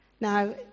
Now